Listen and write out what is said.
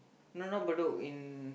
no no Bedok in